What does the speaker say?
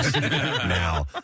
now